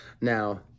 Now